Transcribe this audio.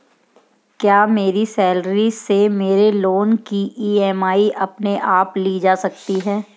क्या मेरी सैलरी से मेरे लोंन की ई.एम.आई अपने आप ली जा सकती है?